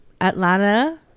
Atlanta